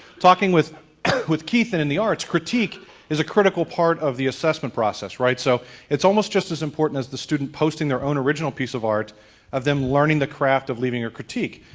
talking with with keith and in the arts critique is a critical part of the assessment process. so it's almost just as important as the student posting their own original piece of art of them learning the craft of leaving a critique.